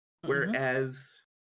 Whereas